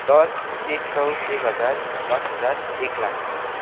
दस एक सौ एक हजार दस हजार एक लाख